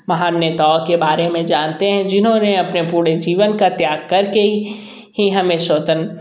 महान नेताओं के बारे में जानते हैं जिन्होंने अपने पूर्ण जीवन का त्याग कर के ही ही हमें स्वतं